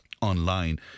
online